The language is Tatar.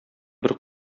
бер